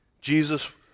Jesus